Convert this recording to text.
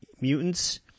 mutants